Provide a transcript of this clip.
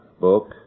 book